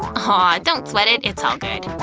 ah don't sweat it, it's all good.